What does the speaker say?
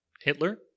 Hitler